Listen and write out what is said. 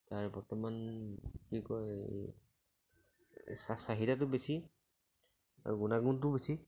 তাৰ বৰ্তমান কি কয় চাহিদাটো বেছি আৰু গুণাগুণটোও বেছি